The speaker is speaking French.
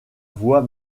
voie